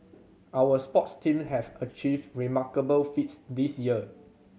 our sports teams have achieved remarkable feats this year